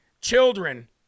children